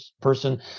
person